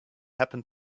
happen